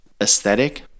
aesthetic